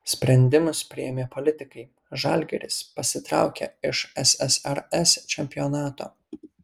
sprendimus priėmė politikai žalgiris pasitraukė iš ssrs čempionato